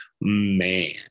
Man